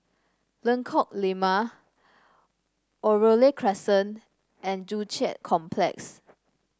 Lengkok Lima Oriole Crescent and Joo Chiat Complex